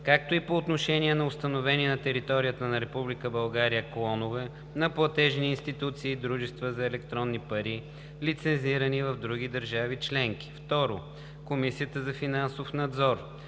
както и по отношение на установени на територията на Република България клонове на платежни институции и дружества за електронни пари, лицензирани в други държави членки; 2. Комисията за финансов надзор